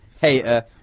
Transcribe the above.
hater